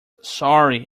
sorry